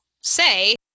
say